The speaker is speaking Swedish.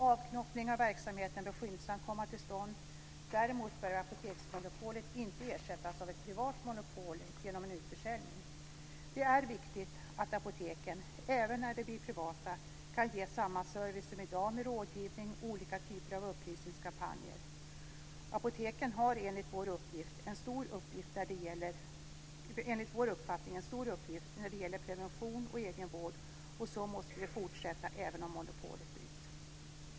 Avknoppning av verksamheten bör skyndsamt komma till stånd. Däremot bör apoteksmonopolet inte ersättas av ett privat monopol genom en utförsäljning. Det är viktigt att apoteken, även när de blir privata, kan ge samma service som i dag med rådgivning och olika typer av upplysningskampanjer. Apoteken har enligt vår uppfattning en stor uppgift när det gäller prevention och egenvård, och så måste det fortsätta även om monopolet bryts.